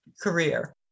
career